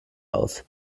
aus